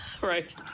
Right